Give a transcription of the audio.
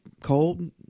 cold